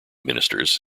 ministers